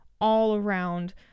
all-around